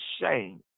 shame